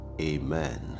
amen